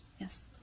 Yes